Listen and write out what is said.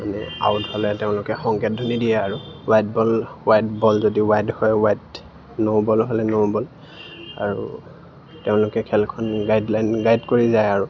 মানে আউট হ'লে তেওঁলোকে সংকেত ধ্বনি দিয়ে আৰু ৱাইড বল ৱাইড বল যদি ৱাইড হয় ৱাইড ন' বল হ'লে ন' বল আৰু তেওঁলোকে খেলখন গাইডলাইন গাইড কৰি যায় আৰু